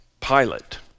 Pilate